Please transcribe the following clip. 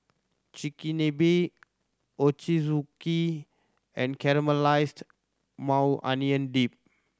Chigenabe Ochazuke and Caramelized Maui Onion Dip